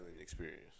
experience